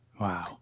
Wow